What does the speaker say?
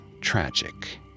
tragic